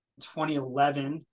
2011